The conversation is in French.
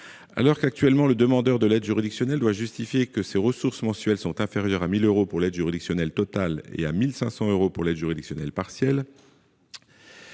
alors qu'actuellement le demandeur de l'aide juridictionnelle doit justifier que ces ressources mensuelles sont inférieures à 1000 euros pour l'aide juridictionnelle totale et à 1500 euros pour l'aide juridictionnelle partielle